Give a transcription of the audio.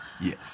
yes